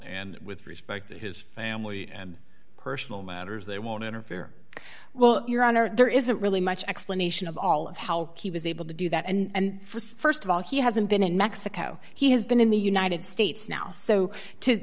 and with respect to his family and personal matters they won't interfere well your honor there isn't really much explanation of all of how he was able to do that and st of all he hasn't been in mexico he has been in the united states now so to